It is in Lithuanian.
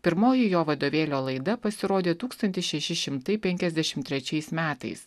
pirmoji jo vadovėlio laida pasirodė tūkstantis šeši šimtai penkiasdešimt trečiais metais